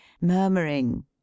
murmuring